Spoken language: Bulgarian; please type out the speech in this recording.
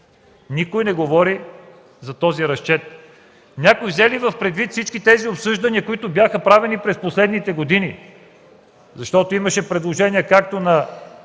Никой не говори за този разчет. Някой взе ли предвид всички обсъждания, правени през последните години?! Имаше предложения както на